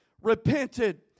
Repented